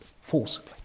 forcibly